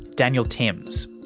daniel timms.